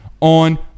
on